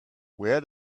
where